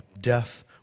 death